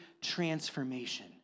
transformation